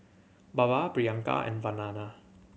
Baba Priyanka and Vandana